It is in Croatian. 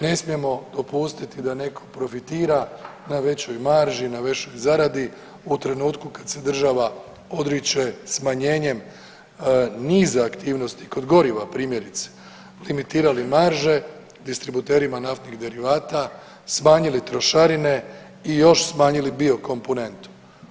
Ne smijemo dopustiti da netko profitira na većoj marži, na većoj zaradi u trenutku kad se država odriče smanjenjem niza aktivnosti kod goriva primjerice limitirali marže distributerima naftnih derivata, smanjili trošarine i još smanjili biokomponentu.